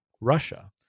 Russia